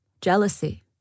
jealousy